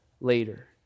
later